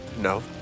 No